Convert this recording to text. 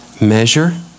Measure